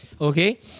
Okay